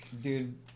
Dude